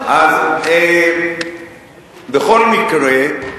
אז בכל מקרה,